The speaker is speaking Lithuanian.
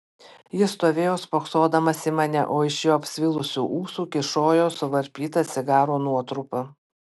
jis stovėjo spoksodamas į mane o iš jo apsvilusių ūsų kyšojo suvarpyta cigaro nuotrupa